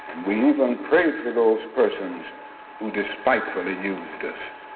we even prayed for those persons who despitefully used us.